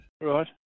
Right